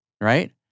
right